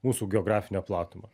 mūsų geografinę platumą